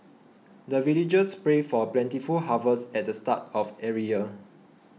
the villagers pray for plentiful harvest at the start of every year